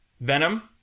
Venom